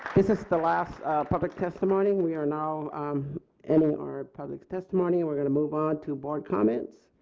this is the last public testimony we are now ending our public testimony we are going to move on to board comments.